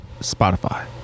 Spotify